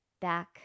back